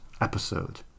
episode